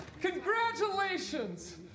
Congratulations